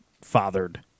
fathered